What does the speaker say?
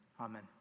Amen